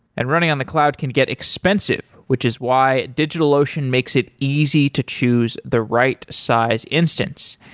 and running on the cloud can get expensive, which is why digitalocean makes it easy to choose the right size instance.